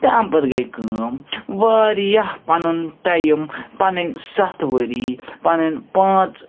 تہٕ امہِ پَتہٕ گٔے کٲم واریاہ پَنُن ٹایم پَنٕنۍ سَتھ ؤری پَنٕن پانٛژ